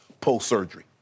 post-surgery